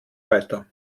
weiter